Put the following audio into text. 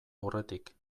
aurretik